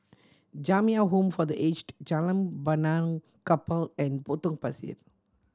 Jamiyah Home for The Aged Jalan Benaan Kapal and Potong Pasir